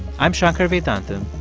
i'm shankar vedantam,